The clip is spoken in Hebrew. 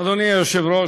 אדוני היושב-ראש,